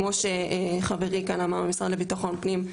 כמו שחברי כאן אמר ממשרד לביטחון פנים,